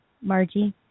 Margie